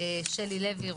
שלי לוי,